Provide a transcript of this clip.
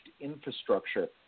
infrastructure